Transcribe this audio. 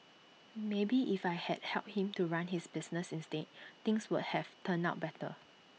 maybe if I had helped him to run his business instead things would have turned out better